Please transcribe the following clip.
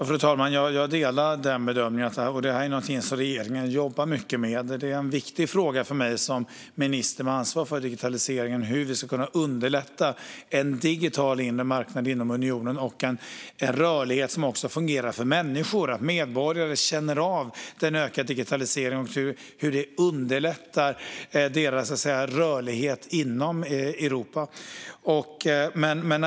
Fru talman! Jag delar den bedömningen, och detta är något som regeringen jobbar mycket med. Det är en viktig fråga för mig som minister med ansvar för digitalisering hur vi kan underlätta en digital inre marknad inom unionen och en rörlighet som fungerar för människor och där medborgare känner att den ökade digitaliseringen underlättar deras rörlighet inom Europa.